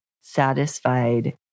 satisfied